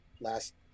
last